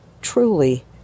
Truly